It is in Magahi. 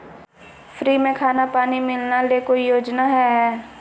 फ्री में खाना पानी मिलना ले कोइ योजना हय?